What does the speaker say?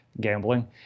gambling